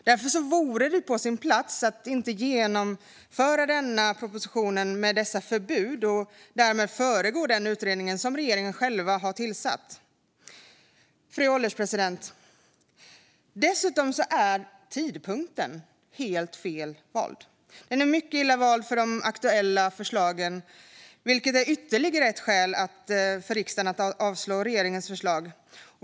Därför vore det på sin plats att inte bifalla denna proposition med dessa förslag till förbud och därmed föregå den utredning som regeringen själv har tillsatt. Fru ålderspresident! Dessutom är tidpunkten helt fel vald. Den är mycket illa vald för de aktuella förslagen, vilket är ytterligare ett skäl för riksdagen att avslå regeringens förslag.